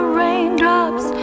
raindrops